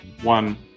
One